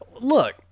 Look